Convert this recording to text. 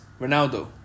Ronaldo